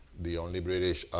the only british